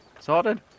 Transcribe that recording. Sorted